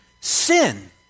sin